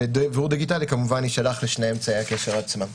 ודיוור דיגיטלי יישלח כמובן לשני אמצעי הקשר עצמם.